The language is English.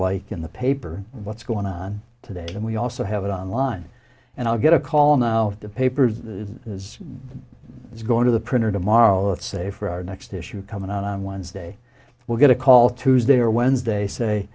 like in the paper what's going on today and we also have it on line and i'll get a call now the papers the as it's going to the printer tomorrow it say for our next issue coming out on wednesday we're going to call tuesday or wednesday say